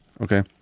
Okay